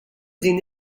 din